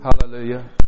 Hallelujah